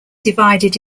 divided